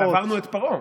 על "עברנו את פרעה".